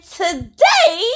today